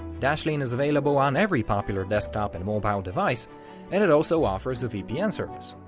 dashlane is available on every popular desktop and mobile device and it also offers a vpn service.